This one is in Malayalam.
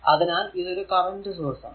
അതിനാൽ ഇതൊരു കറന്റ് സോഴ്സ് ആണ്